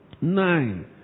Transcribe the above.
Nine